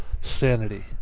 sanity